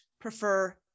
prefer